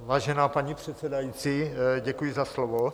Vážená paní předsedající, děkuji za slovo.